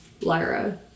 Lyra